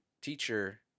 teacher